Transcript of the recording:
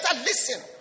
listen